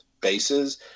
bases